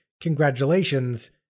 congratulations